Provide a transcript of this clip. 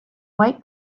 white